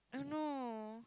I don't know